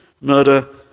murder